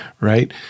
right